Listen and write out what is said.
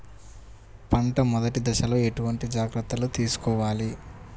పంట మెదటి దశలో ఎటువంటి జాగ్రత్తలు తీసుకోవాలి?